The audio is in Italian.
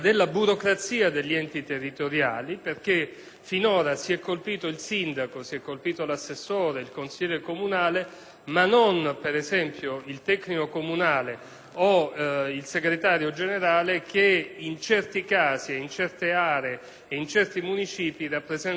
finora si è colpito il sindaco, l'assessore e il consigliere comunale ma non il tecnico comunale o il segretario generale, che in certi casi, in certe aree e in certi municipi, rappresentano l'elemento di continuità non della buona amministrazione